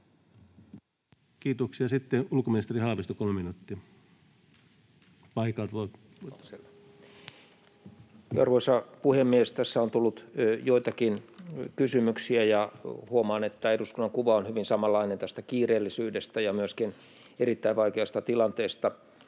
Kiitoksia. — Sitten ulkoministeri Haavisto, 3 minuuttia paikalta. Arvoisa puhemies! Tässä on tullut joitakin kysymyksiä, ja huomaan, että eduskunnan kuva on hyvin samanlainen tästä kiireellisyydestä ja myöskin erittäin vaikeasta tilanteesta